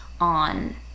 on